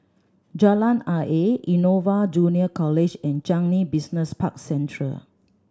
Jalan Ayer Innova Junior College and Changi Business Park Central